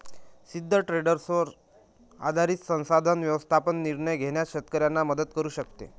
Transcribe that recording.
सिद्ध ट्रेंडवर आधारित संसाधन व्यवस्थापन निर्णय घेण्यास शेतकऱ्यांना मदत करू शकते